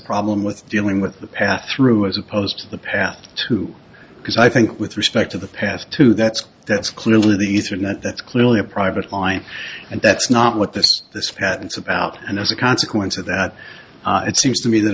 problem with dealing with the pass through as opposed to the path to because i think with respect to the past to that's that's clearly these are not that's clearly a private line and that's not what this this patents about and as a consequence of that it seems to me that